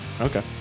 Okay